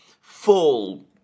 full